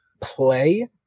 play